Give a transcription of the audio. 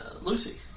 Lucy